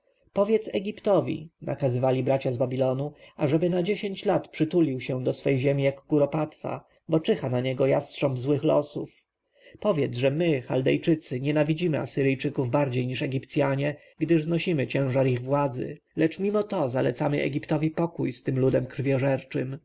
powiedz egiptowi nakazywali bracia z babilonu ażeby na dziesięć lat przytulił się do swej ziemi jak kuropatwa bo czyha na niego jastrząb złych losów powiedz że my chaldejczycy nienawidzimy asyryjczyków bardziej niż egipcjanie gdyż znamy ciężar ich władzy lecz mimo to zalecamy egiptowi pokój z tym ludem krwiożerczym